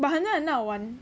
but 很像很好玩